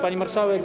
Pani Marszałek!